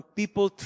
people